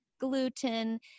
gluten